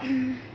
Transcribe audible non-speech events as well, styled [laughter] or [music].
[unintelligible]